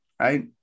right